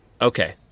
Okay